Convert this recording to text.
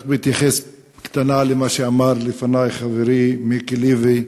רק התייחסות קטנה למה שאמר לפני חברי מיקי לוי: